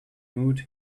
mood